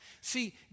See